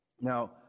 Now